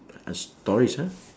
uh stories ah